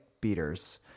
beaters